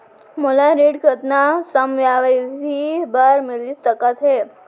मोला ऋण कतना समयावधि भर मिलिस सकत हे?